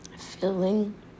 Feeling